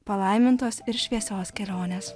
palaimintos ir šviesios kelionės